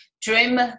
dream